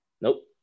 Nope